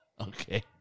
okay